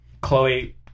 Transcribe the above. Chloe